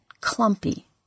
clumpy